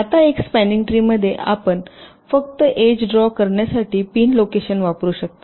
आता एका spanning tree मध्ये आपण फक्त एज ड्रा करण्यासाठी पिन लोकेशन वापरू शकता